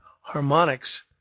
harmonics